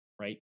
right